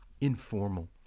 informal